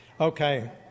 Okay